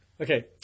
Okay